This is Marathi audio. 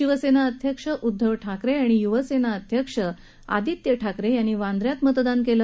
शिवसेना अध्यक्ष उद्धव ठाकरे आणि युवा सेना अध्यक्ष आदित्य ठाकरे यानी वांद्रे इथं मतदान केलं